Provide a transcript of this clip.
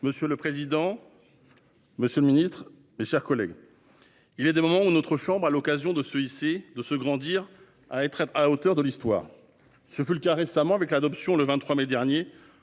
Monsieur le président, monsieur le ministre, mes chers collègues, il est des moments où notre chambre a l'occasion de se grandir en laissant une trace dans l'Histoire. Ce fut le cas récemment, avec l'adoption, le 23 mai dernier,